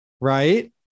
Right